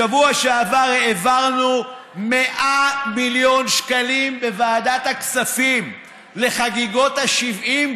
בשבוע שעבר העברנו 100 מיליון שקלים בוועדת הכספים לחגיגות ה-70,